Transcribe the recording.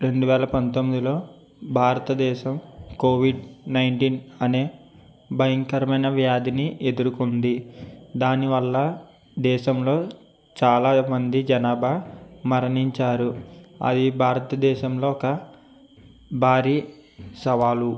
రెండు వేల పంతొమ్మిదిలో భారతదేశం కోవిడ్ నైన్టీన్ అనే భయంకరమైన వ్యాధిని ఎదుర్కుంది దానివల్ల దేశంలో చాలామంది జనాభా మరణించారు అది భారత దేశంలో ఒక భారీ సవాలు